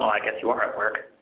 i guess you are at work.